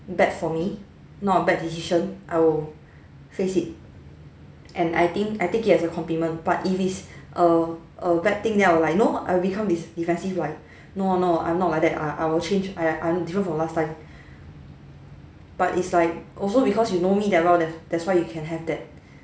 bad for me not a bad decision I will fix it and I think I take it as a compliment but if it's a a bad thing then I will like no I'll become de~ defensive like no ah no ah I'm not like that I'll I'll change I I'm different from last time but it's like also because you know me that well that that's why you can have that